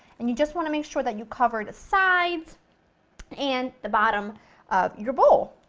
and you just want to make sure that you cover the sides and the bottom of your bowl.